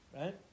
Right